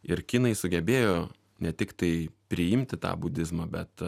ir kinai sugebėjo ne tiktai priimti tą budizmą bet